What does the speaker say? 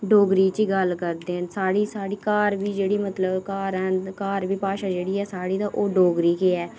डोगरी च गल्ल करदे न साढ़े घर बी मतलब जेहड़े हैन घर बी साढ़ी भाशा जेहड़ी ऐ ओह् डोगरी ऐ